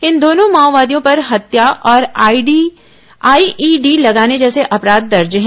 इन दोनों माओवादियों पर हत्या और आईईडी लगाने जैसे अपराध दर्ज हैं